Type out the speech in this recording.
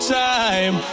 time